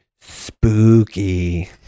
spooky